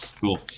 Cool